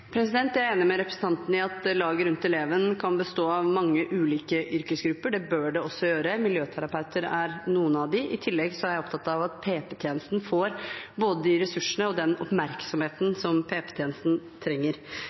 Jeg er enig med representanten i at laget rundt eleven kan bestå av mange ulike yrkesgrupper – det bør det også gjøre. Miljøterapeuter er en av dem. I tillegg er jeg opptatt av at PP-tjenesten får både de ressursene og den oppmerksomheten som PP-tjenesten trenger.